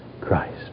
Christ